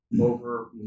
over